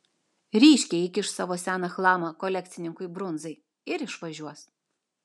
ryškiai įkiš savo seną chlamą kolekcininkui brunzai ir išvažiuos